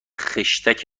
خشتک